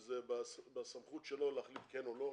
זה בסמכות שלו להחליט אם כן או לא,